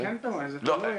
לא, זה כן קורה, זה תלוי.